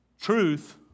Truth